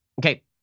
Okay